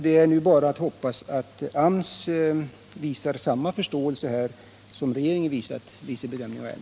Det är nu bara att hoppas att AMS visar samma förståelse som regeringen har visat vid sin bedömning av ärendet.